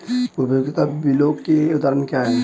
उपयोगिता बिलों के उदाहरण क्या हैं?